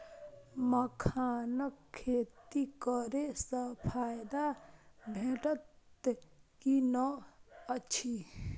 मखानक खेती करे स फायदा भेटत की नै अछि?